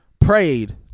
prayed